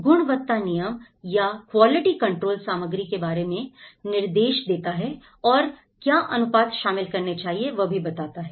गुणवत्ता नियंत्रण या क्वालिटी कंट्रोल सामग्री के बारे में भी निर्देश देता है और क्या अनुपात शामिल करने चाहिए यह भी बताता है